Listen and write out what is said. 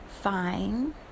fine